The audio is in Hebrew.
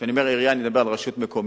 כשאני אומר עירייה, אני מדבר על רשות מקומית.